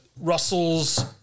Russell's